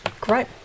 great